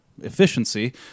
efficiency